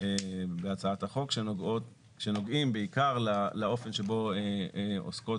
בהצעת החוק שנוגעים בעיקר לאופן שבו עוסקות